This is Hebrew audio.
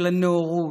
של הנאורות,